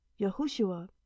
Yahushua